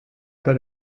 per